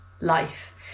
life